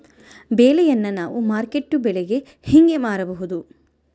ಬೆಳೆಯನ್ನ ನಾವು ಮಾರುಕಟ್ಟೆ ಬೆಲೆಗೆ ಹೆಂಗೆ ಮಾರಬಹುದು?